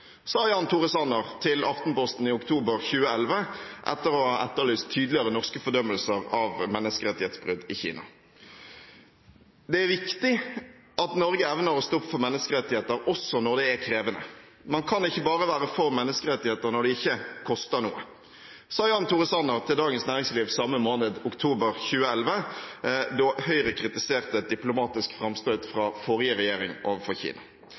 sa Jan Tore Sanner til Aftenposten i oktober 2011 etter å ha etterlyst tydeligere norske fordømmelser av menneskerettighetsbrudd i Kina. «Det er viktig at Norge evner å stå opp for menneskerettigheter også når det er krevende. Man kan ikke bare være for menneskerettigheter når det ikke koster noe», sa Jan Tore Sanner til Dagens Næringsliv samme måned, oktober 2011, da Høyre kritiserte et diplomatisk framstøt fra forrige regjering overfor Kina. Det er godt sagt alt sammen! I forholdet til Kina